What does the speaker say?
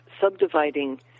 subdividing